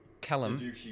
Callum